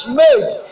made